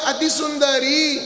Atisundari